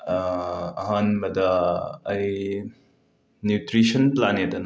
ꯑꯍꯥꯟꯕꯗ ꯑꯩ nutrition planet ꯍꯥꯏꯅ